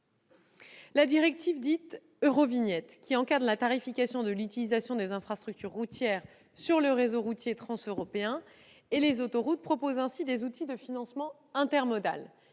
La directive dite « Eurovignette », qui encadre la tarification de l'utilisation des infrastructures routières sur le réseau routier transeuropéen et les autoroutes, propose ainsi des outils de financement intermodal.